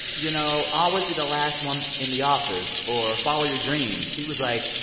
you know, always be the last one in the office, or follow your dream. she was like,